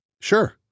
Sure